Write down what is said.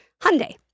Hyundai